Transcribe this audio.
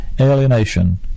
alienation